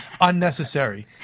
unnecessary